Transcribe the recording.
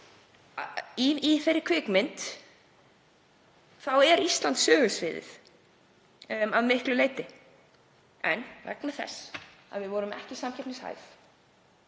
Í þeirri kvikmynd er Ísland sögusviðið að miklu leyti en vegna þess að við vorum ekki samkeppnishæf,